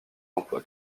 emploi